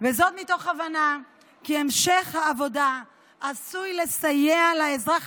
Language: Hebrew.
וזאת מתוך הבנה כי המשך העבודה עשוי לסייע לאזרח